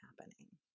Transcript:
happening